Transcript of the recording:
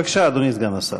בבקשה, אדוני סגן השר.